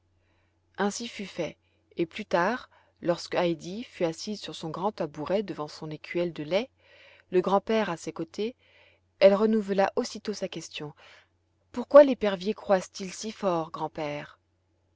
ainsi fut fait et plus tard lorsque heidi fut assise sur son grand tabouret devant son écuelle de lait le grand-père à ses côtés elle renouvela aussitôt sa question pourquoi l'épervier croasse t il si fort grand-père